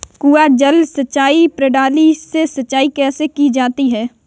कुआँ जल सिंचाई प्रणाली से सिंचाई कैसे की जाती है?